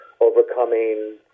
overcoming